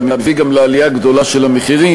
אלא מביא גם לעלייה גדולה של המחירים,